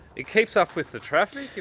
it keeps up with the traffic.